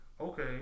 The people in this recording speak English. Okay